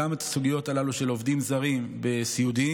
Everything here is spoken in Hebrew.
הסוגיות הללו של עובדים זרים גם בתחום הסיעוד.